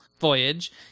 Voyage